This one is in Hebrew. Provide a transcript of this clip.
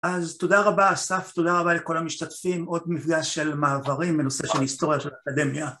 אז תודה רבה אסף, תודה רבה לכל המשתתפים, עוד מפגש של מעברים בנושא של היסטוריה של האקדמיה.